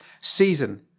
season